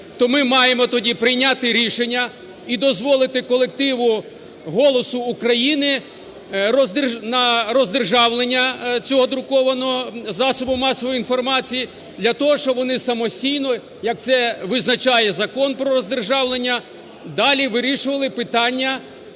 то ми маємо тоді прийняти рішення і дозволити колективу "Голосу України" на роздержавлення цього друкованого засобу масової інформації для того, щоб вони самостійно, як це визначає Закон про роздержавлення, далі вирішували питання